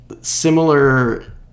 similar